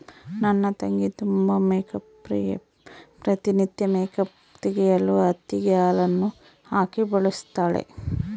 ನನ್ನ ತಂಗಿ ತುಂಬಾ ಮೇಕ್ಅಪ್ ಪ್ರಿಯೆ, ಪ್ರತಿ ನಿತ್ಯ ಮೇಕ್ಅಪ್ ತೆಗೆಯಲು ಹತ್ತಿಗೆ ಹಾಲನ್ನು ಹಾಕಿ ಬಳಸುತ್ತಾಳೆ